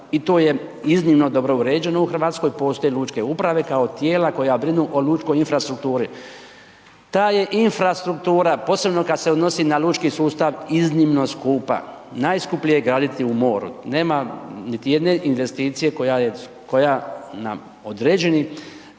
I to je iznimno dobro uređeno u Hrvatskoj, postoje lučke uprave kao tijela koja brinu o lučkoj infrastrukturi. Ta je infrastruktura posebno kad se odnosi na lučki sustav iznimno skupa. Najskuplje je graditi u moru, nema niti jedne investicije koja je, koja na određeni